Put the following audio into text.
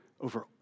over